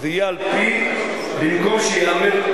שבמקום שייאמר: